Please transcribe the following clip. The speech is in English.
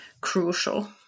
crucial